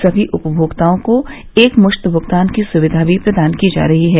सभी उपमोक्ताओं को एकमृश्त भुगतान की सुविधा भी प्रदान की जा रही है